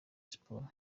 sports